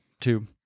two